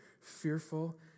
fearful